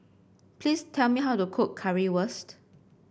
please tell me how to cook Currywurst